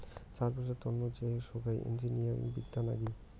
চাষবাসের তন্ন যে সোগায় ইঞ্জিনিয়ারিং বিদ্যা নাগি